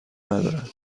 ندارد